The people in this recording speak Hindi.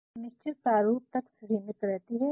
ये केवल एक निश्चित प्रारूप तक सीमित होती है